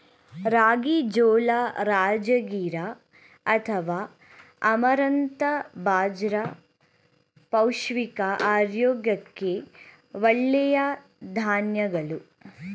ರಾಗಿ, ಜೋಳ, ರಾಜಗಿರಾ ಅಥವಾ ಅಮರಂಥ ಬಾಜ್ರ ಪೌಷ್ಟಿಕ ಆರೋಗ್ಯಕ್ಕೆ ಒಳ್ಳೆಯ ಧಾನ್ಯಗಳು